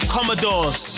Commodores